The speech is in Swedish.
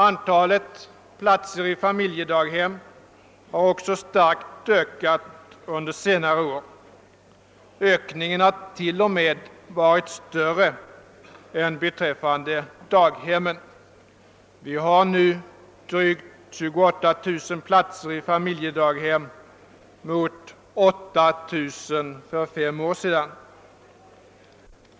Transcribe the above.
Antalet platser i familjedaghem har också ökat starkt under senare år. Ökningen har t.o.m. varit större än beträffande daghemmen. Vi har nu drygt 28000 platser i familjedaghem, mot 8 000 för fem år sedan.